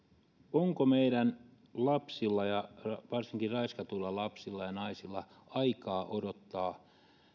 onko meidän lapsilla ja varsinkin raiskatuilla lapsilla ja naisilla aikaa odottaa